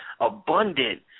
abundant